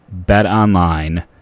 Betonline